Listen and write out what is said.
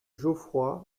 geoffroy